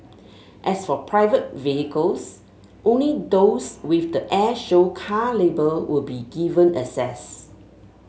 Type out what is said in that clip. as for private vehicles only those with the air show car label will be given access